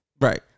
Right